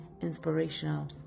inspirational